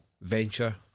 Venture